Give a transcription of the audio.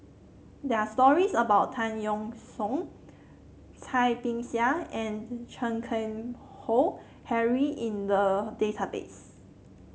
there are stories about Tan Yeok Seong Cai Bixia and Chan Keng Howe Harry in the database